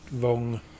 wrong